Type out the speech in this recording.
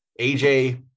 AJ